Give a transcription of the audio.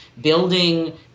building